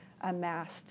amassed